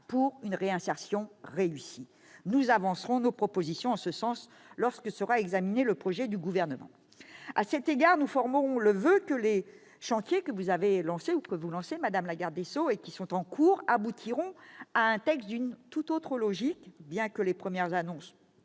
pour une réinsertion réussie. Nous avancerons nos propositions en ce sens lorsque sera examiné le projet du Gouvernement. À cet égard, nous formons le voeu que les chantiers que vous lancez, madame la garde des sceaux, ou qui sont en cours aboutissent à un texte sous-tendu par une tout autre logique- les premières annonces